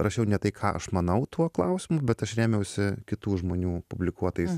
rašiau ne tai ką aš manau tuo klausimu bet aš rėmiausi kitų žmonių publikuotais